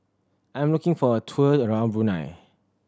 I'm looking for a tour around Brunei